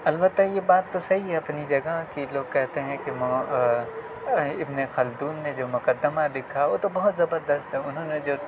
البتہ یہ بات تو صحیح ہے اپنی جگہ کہ لوگ کہتے ہیں کہ ابن خلدون نے جو مقدمہ لکھا وہ تو بہت زبردست ہے انہوں نے جو